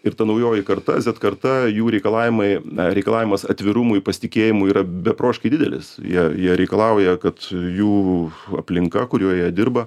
ir ta naujoji karta karta jų reikalavimai reikalavimas atvirumui pasitikėjimui yra beprotiškai didelis jie jie reikalauja kad jų aplinka kurioj jie dirba